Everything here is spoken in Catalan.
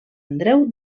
andreu